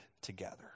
together